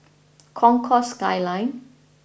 Concourse Skyline